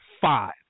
five